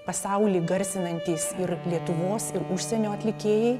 pasaulį garsinantys ir lietuvos ir užsienio atlikėjai